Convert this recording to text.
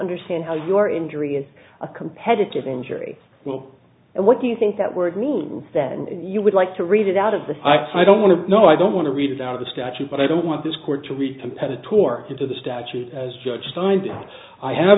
understand how your injury as a competitive injury will and what do you think that work rules that you would like to read it out of the i don't want to know i don't want to read it out of the statute but i don't want this court to read competitor tore into the statute as judge signed i have